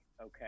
okay